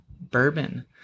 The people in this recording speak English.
bourbon